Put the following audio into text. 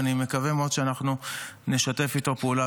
אני מקווה מאוד שאנחנו נשתף איתו פעולה,